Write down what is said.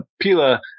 Pila